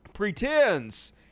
pretends